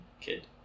kid